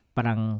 Parang